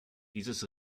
dieses